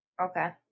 Okay